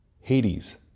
Hades